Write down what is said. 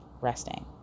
resting